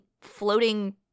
floating